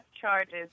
charges